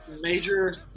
major